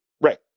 Right